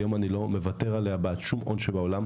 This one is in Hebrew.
היום אני לא מוותר עליה בעד שום הון שבעולם.